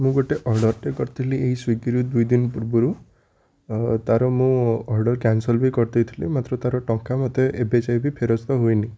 ମୁଁ ଗୋଟେ ଅର୍ଡ଼ରଟିଏ କରିଥିଲି ଏଇ ସ୍ଵିଗିରୁ ଦୁଇଦିନ ପୂର୍ବରୁ ଓ ତା'ର ମୁଁ ଅର୍ଡ଼ର କ୍ୟାନସଲ୍ ବି କରିଦେଇଥିଲି ମାତ୍ର ତାର ଟଙ୍କା ମୋତେ ଏବେ ଯାଏଁ ବି ଫେରସ୍ତ ହୋଇନି